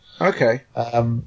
Okay